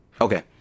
Okay